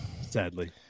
sadly